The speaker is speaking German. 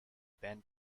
band